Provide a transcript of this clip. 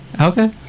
Okay